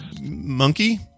monkey